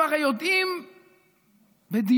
הם הרי יודעים בדיוק